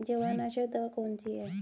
जवारनाशक दवा कौन सी है?